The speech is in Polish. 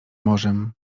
morzem